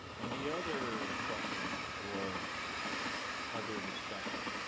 any other questions for other discussion?